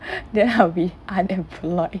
then I'll be unemployed